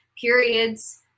periods